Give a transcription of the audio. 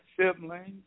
siblings